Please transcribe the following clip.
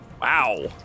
Wow